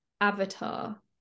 avatar